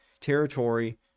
Territory